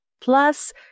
plus